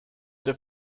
der